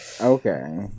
okay